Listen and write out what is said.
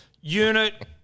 Unit